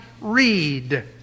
read